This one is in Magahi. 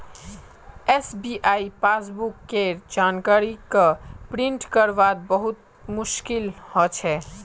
एस.बी.आई पासबुक केर जानकारी क प्रिंट करवात बहुत मुस्कील हो छे